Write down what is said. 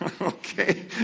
Okay